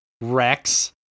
Rex